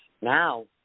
Now